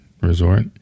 resort